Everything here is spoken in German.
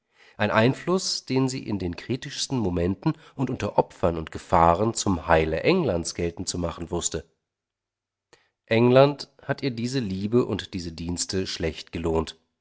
ein einfluß den sie in den kritischsten momenten und unter opfern und gefahren zum heile englands geltend zu machen wußte england hat ihr diese liebe und diese dienste schlecht gelohnt